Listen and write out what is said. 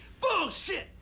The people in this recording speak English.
Bullshit